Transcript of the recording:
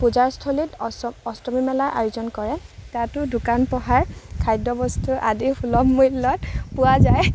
পূজাৰস্থলীত অষ্টমী মেলা আয়োজন কৰে তাতো দোকান পোহাৰ খাদ্য বস্তু আদি সুলভ মূল্যত পোৱা যায়